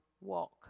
walk